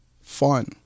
fun